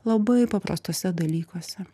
labai paprastuose dalykuose